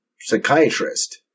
psychiatrist